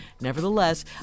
Nevertheless